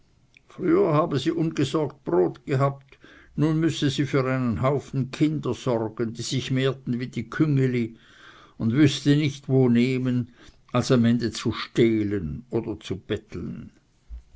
früher habe sie ungesorgt brot gehabt nun müsse sie für einen haufen kinder sorgen die sich mehrten wie die küngeli und wüßte nicht wo nehmen als am ende zu stehlen oder zu betteln